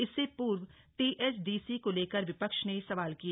इससे पूर्व टीएचडीसी को लेकर विपक्ष ने सवाल किए